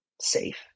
safe